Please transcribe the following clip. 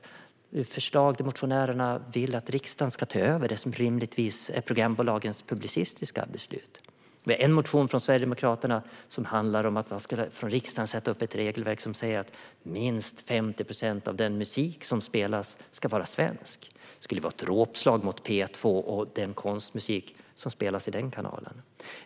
Motionärerna vill i dessa förslag att riksdagen ska ta över det som rimligtvis är programbolagens publicistiska beslut. Vi har en motion från Sverigedemokraterna som handlar om att riksdagen skulle sätta upp ett regelverk som säger att minst 50 procent av den musik som spelas ska vara svensk. Det skulle vara ett dråpslag mot P2 och den konstmusik som spelas i den kanalen.